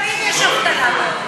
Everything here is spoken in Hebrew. גם בתל-אביב יש אבטלה ועוני.